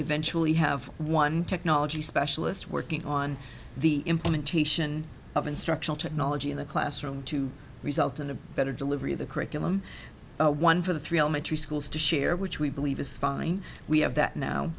eventually have one technology specialist working on the implementation of instructional technology in the classroom to result in a better delivery of the curriculum one for the three elementary schools to share which we believe is fine we have that now